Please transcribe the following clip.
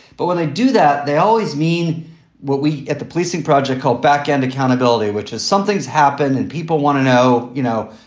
but when they do that, they always mean what we at the policing project called back and accountability, which is something's happened and people want to know, you know,